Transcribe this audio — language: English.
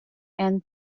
and